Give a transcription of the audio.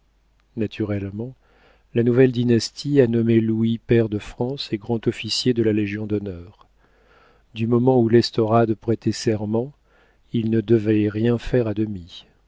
naturellement la nouvelle dynastie a nommé louis pair de france et grand-officier de la légion-d'honneur du moment où l'estorade prêtait serment il ne devait rien faire à demi